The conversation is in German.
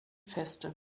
feste